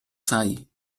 sai